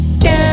down